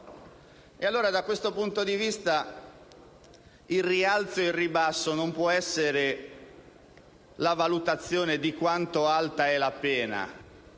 Da questo punto di vista, il rialzo e il ribasso non può essere una valutazione di quanto alta è la pena,